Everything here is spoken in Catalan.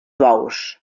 bous